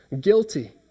guilty